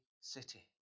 city